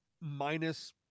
minus